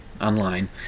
online